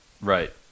Right